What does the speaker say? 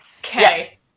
Okay